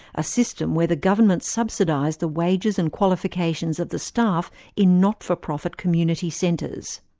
a system where the government subsidised the wages and qualifications of the staff in not-for-profit community centres.